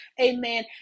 Amen